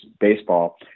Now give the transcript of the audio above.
baseball